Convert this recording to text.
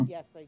Yes